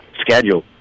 schedule